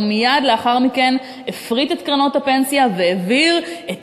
הוא מייד לאחר מכן הפריט את קרנות הפנסיה והעביר את